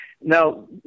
Now